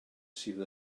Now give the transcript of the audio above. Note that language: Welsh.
sydd